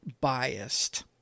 biased